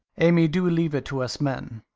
amy, do leave it to us men.